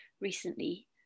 recently